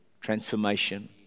transformation